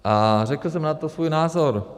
A řekl jsem na to svůj názor.